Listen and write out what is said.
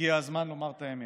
הגיע הזמן לומר את האמת.